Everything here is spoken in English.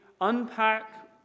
unpack